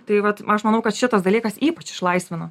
tai vat aš manau kad šitas dalykas ypač išlaisvino